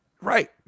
right